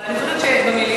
אבל אני חושבת שבמליאה,